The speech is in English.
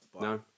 No